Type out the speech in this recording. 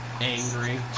angry